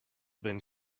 been